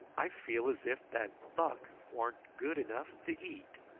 i feel as if that buck warn't good enough to eat.